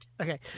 Okay